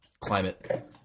climate